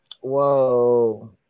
Whoa